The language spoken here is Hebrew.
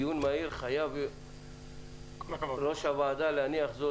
דיון מהיר ראש הוועדה חייב להניח.